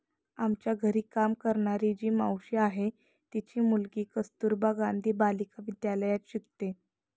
आमच्या घरी काम करणारी जी मावशी आहे, तिची मुलगी कस्तुरबा गांधी बालिका विद्यालयात शिकते